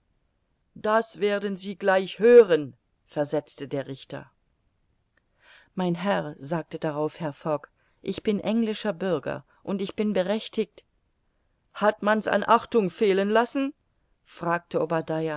das werden sie gleich hören versetzte der richter mein herr sagte darauf herr fogg ich bin englischer bürger und ich bin berechtigt hat man's an achtung fehlen lassen fragte